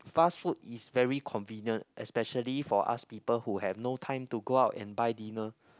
fast food is very convenient especially for us people who have no time to go out and buy dinner